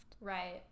right